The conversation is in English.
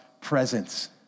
presence